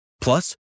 Plus